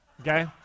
okay